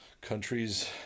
Countries